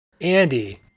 Andy